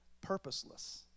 Purposeless